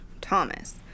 Thomas